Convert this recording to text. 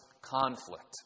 conflict